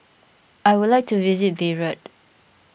I would like to visit Beirut